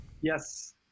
yes